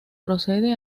procede